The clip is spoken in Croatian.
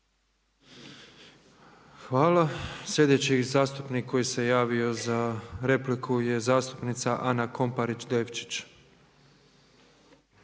Hvala. Sljedeći zastupnik koji se javio za repliku je zastupnik Žekljo Lenart.